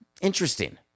Interesting